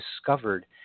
discovered